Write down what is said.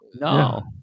No